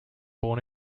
born